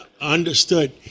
Understood